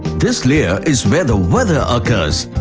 this layer is where the weather occurs.